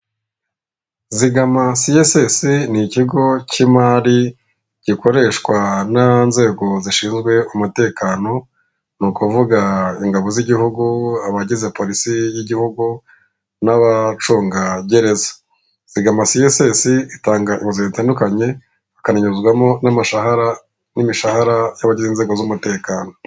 Zigama siyesesi ni ikigo cy'imari gikoreshwa n'inzego zishinzwe umutekano, ni ukuvuga ingabo z'igihugu, abagize polisi y'igihugu, n'abacungagereza. Zigama siyesesi itanga inguzanyo zitandukanye hakananyuzwamo n'amashahara n'imishahara y'abagize inzego z'umutekano.